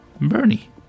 Bernie